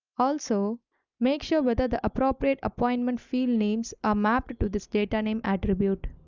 also make sure whether the appropriate appointment field names are mapped to this data name attribute.